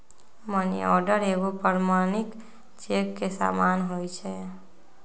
money order एगो प्रमाणिक cheque के समान होइ छै